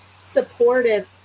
supportive